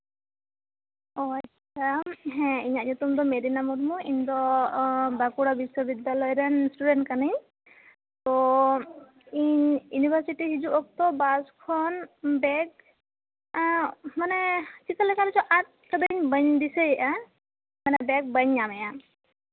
ᱚ ᱟᱪᱪᱷᱟ ᱤᱧᱟᱹᱜ ᱧᱩᱛᱩᱢ ᱫᱚ ᱠᱟᱱᱟ ᱢᱮᱨᱤᱱᱟ ᱢᱩᱨᱢᱩ ᱤᱧ ᱫᱚ ᱵᱟᱸᱠᱩᱲᱟ ᱵᱤᱥᱥᱚ ᱵᱤᱫᱽᱫᱟᱞᱚᱭ ᱨᱮᱱ ᱤᱥᱴᱩᱰᱮᱱᱴ ᱠᱟᱱᱟᱧ ᱛᱚ ᱤᱧ ᱤᱭᱩᱱᱤᱵᱷᱟᱨᱥᱤᱴᱤ ᱦᱤᱡᱩᱜ ᱚᱠᱛᱚ ᱵᱟᱥ ᱠᱷᱚᱱ ᱵᱮᱜᱽ ᱢᱟᱱᱮ ᱪᱤᱠᱟᱹ ᱞᱮᱠᱟᱛᱮ ᱪᱚᱝ ᱟᱫ ᱠᱟᱫᱟᱧ ᱵᱟᱹᱧ ᱫᱤᱥᱟᱹᱭᱮᱜᱼᱟ ᱢᱟᱱᱮ ᱵᱮᱜᱽ ᱵᱟᱹᱧ ᱧᱟᱢᱮᱜᱼᱟ